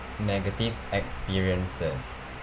negative experiences